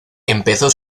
empezó